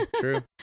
true